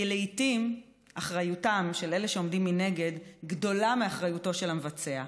כי לעיתים אחריותם של אלה שעומדים מנגד גדולה מאחריותו של המבצע.